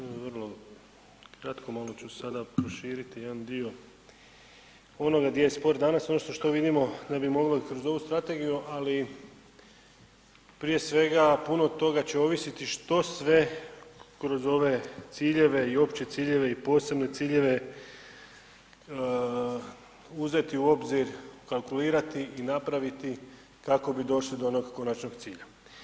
U vrlo kratko, malo ću sada proširiti jedan dio onoga gdje je sport danas odnosno što vidimo ne bi moglo kroz ovu strategiju, ali prije svega puno toga će ovisiti što sve kroz ove ciljeve i opće ciljeve i posebne ciljeve uzeti u obzir, kalkulirati i napraviti kako bi došli do onog konačnog cilja.